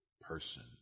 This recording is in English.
person